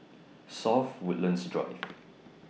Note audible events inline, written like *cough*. South Woodlands Drive *noise*